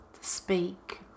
speak